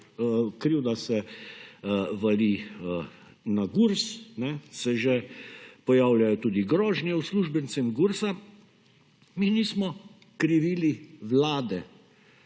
krivda se vali na GURS, se že pojavljajo tudi grožnje uslužbencem GURS. Mi nismo krivili Vlade